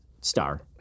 star